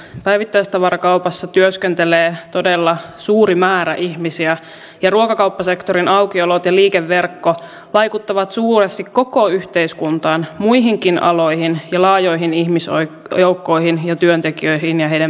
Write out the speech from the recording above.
päivittäistavarakaupassa työskentelee todella suuri määrä ihmisiä ja ruokakauppasektorin aukiolot ja liikeverkko vaikuttavat suuresti koko yhteiskuntaan muihinkin aloihin ja laajoihin ihmisjoukkoihin ja työntekijöihin ja heidän perheisiinsä